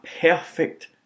perfect